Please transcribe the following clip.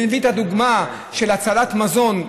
אני מביא דוגמה של הצלת מזון,